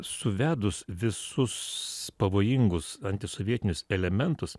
suvedus visus pavojingus antisovietinius elementus